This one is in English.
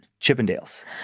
Chippendales